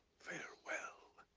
farewell.